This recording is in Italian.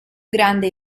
grande